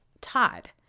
Todd